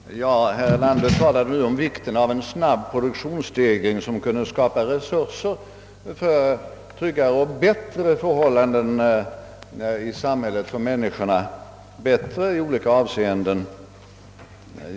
Herr talman! Herr Erlander talade nu om vikten av en snabb produktionsstegring, som kunde skapa resurser för tryggare och i olika avseenden bättre förhållanden för människorna.